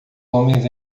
homens